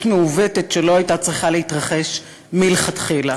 מעוותת שלא הייתה צריכה להתרחש מלכתחילה.